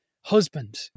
husband